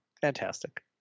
fantastic